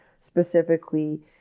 specifically